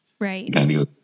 right